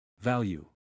Value